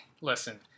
Listen